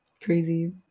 Crazy